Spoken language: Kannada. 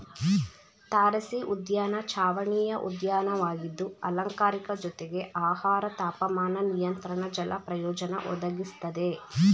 ತಾರಸಿಉದ್ಯಾನ ಚಾವಣಿಯ ಉದ್ಯಾನವಾಗಿದ್ದು ಅಲಂಕಾರಿಕ ಜೊತೆಗೆ ಆಹಾರ ತಾಪಮಾನ ನಿಯಂತ್ರಣ ಜಲ ಪ್ರಯೋಜನ ಒದಗಿಸ್ತದೆ